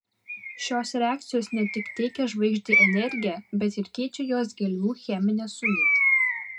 šios reakcijos ne tik teikia žvaigždei energiją bet ir keičia jos gelmių cheminę sudėtį